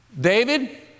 David